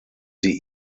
sie